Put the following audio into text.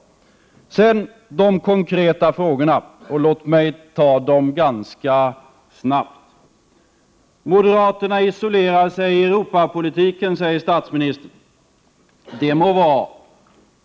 Sedan till de konkreta frågorna — och låt mig ta dem ganska snabbt. Moderaterna isolerar sig i Europapolitiken, säger statsministern. Det må vara.